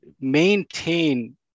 maintain